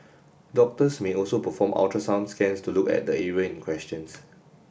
doctors may also perform ultrasound scans to look at the area in questions